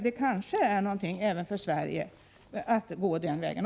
Det kanske är någonting även för Sverige att gå den vägen.